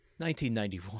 1991